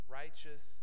righteous